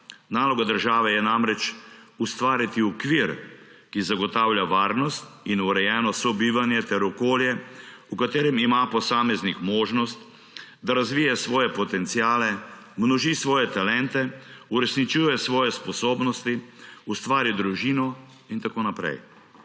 Naloga države je namreč ustvariti okvir, ki zagotavlja varnost in urejeno sobivanje, ter okolje, v katerem ima posameznik možnost, da razvije svoje potencialne, množi svoje talente, uresničuje svoje sposobnosti, ustvari družino in tako naprej.